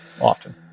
often